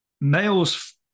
males